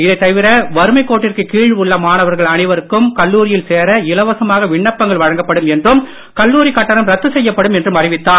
இதைத் தவிர வறுமை கோட்டிற்கு கீழ் உள்ள மாணவர்கள் அனைவருக்கும் கல்லூரியில் சேர இலவசமாக விண்ணப்பங்கள் வழங்கப்படும் என்றும் கல்லூரி கட்டணம் ரத்து செய்யப்படும் என்று அறிவித்தார்